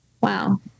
wow